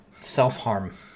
Self-harm